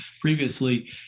previously